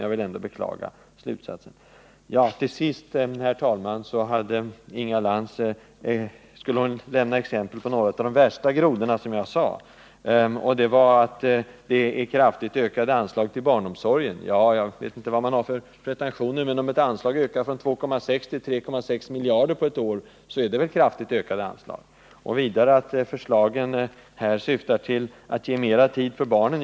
Jag vill ändå beklaga detta ståndpunktstagande. Inga Lantz skulle vidare lämna exempel på några av de värsta grodorna i mitt anförande. Hon tog först upp det förhållandet att jag talade om kraftigt ökade anslag till barnomsorgen. Om ett anslag ökar från 2,6 till 3,6 miljarder på ett år, är det fråga om en kraftig höjning. Jag hade vidare talat om att våra förslag syftar till att ge mera tid för barnen.